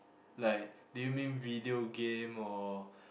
like do you mean video game or